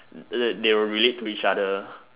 eh they'll relate to each other